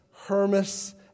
Hermas